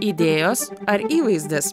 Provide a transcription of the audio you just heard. idėjos ar įvaizdis